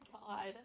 God